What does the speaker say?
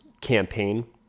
campaign